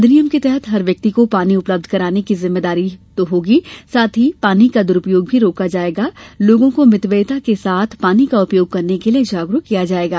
अधिनियम के तहत हर व्यक्ति को पानी उपलब्ध कराने की जिम्मेदारी तो होगी ही साथ ही पानी का दुरुपयोग भी रोका जाएगा तथा लोगों को मितव्ययिता के साथ पानी का उपयोग करने के लिए जागरूक किया जाएगा